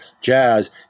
jazz